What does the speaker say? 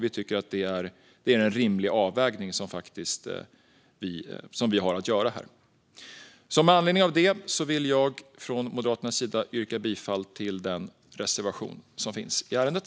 Vi tycker att det är en rimlig avvägning som vi här har att göra. Med anledning av detta vill jag från Moderaternas sida yrka bifall till den reservation som finns i ärendet.